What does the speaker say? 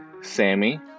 Sammy